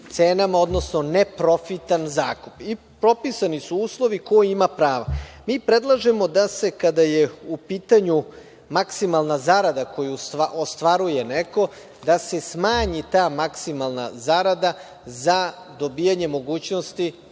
cenama, odnosno neprofitan zakup. Propisani su uslovi ko ima prava. Mi predlažemo da se, kada je u pitanju maksimalna zarada koju ostvaruje neko, da se smanji ta maksimalna zarada za dobijanje mogućnosti